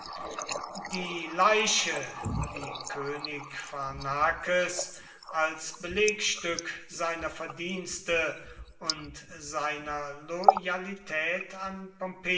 die leiche die könig pharnakes als belegstück seiner verdienste und seiner loyalität an